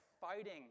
fighting